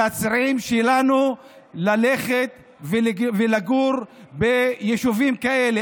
הצעירים שלנו ללכת ולגור ביישובים כאלה.